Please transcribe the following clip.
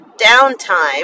downtime